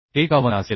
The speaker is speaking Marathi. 51असेल